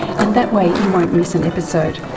and that way you won't miss an episode.